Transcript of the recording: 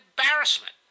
embarrassment